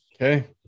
Okay